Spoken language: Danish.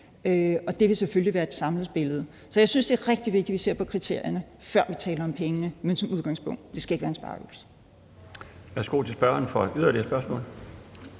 det vil selvfølgelig være i et samlet billede. Så jeg synes, det er rigtig vigtigt, at vi ser på kriterierne, før vi taler om pengene. Men som udgangspunkt skal det ikke være en spareøvelse.